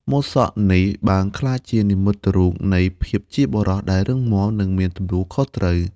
ម៉ូតសក់នេះបានក្លាយជានិមិត្តរូបនៃភាពជាបុរសដែលរឹងមាំ និងមានទំនួលខុសត្រូវ។